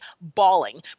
bawling